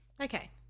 okay